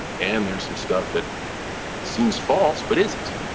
and there's some stuff that seems false but isn't.